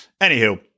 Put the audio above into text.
Anywho